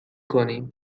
کنیم